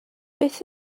beth